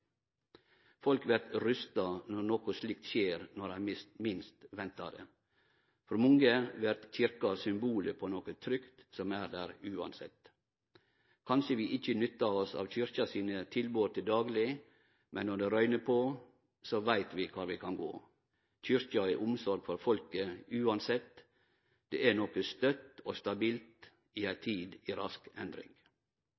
Folk vert forferda når noko slikt skjer når ein minst ventar det. For mange vert Kyrkja symbolet på noko trygt som er der uansett. Kanskje vi ikkje nyttar oss av kyrkja sine tilbod til dagleg, men når det røyner på, veit vi kvar vi kan gå. Kyrkja har omsorg for folket, uansett. Det er noko støtt og stabilt i ei